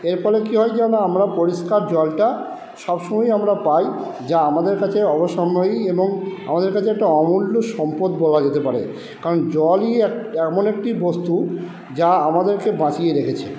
এরফলে কি হয় যেন আমরা পরিষ্কার জলটা সবসময়ই আমরা পাই যা আমাদের কাছে অবশ্যম্ভাবী এবং আমাদের কাছে একটা অমূল্য সম্পদ বলা যেতে পারে কারণ জলই এমন একটি বস্তু যা আমাদেরকে বাঁচিয়ে রেখেছে